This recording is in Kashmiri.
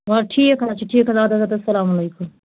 وَل ٹھیٖک حظ چھِ ٹھیٖک حظ آد حظ آد حظ اسلام علیکُم